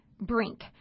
Brink